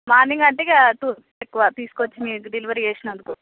morning అంటే ఇక two rupees ఎక్కువ తీసుకొచ్చి మీకు డెలివరీ చేసినందుకు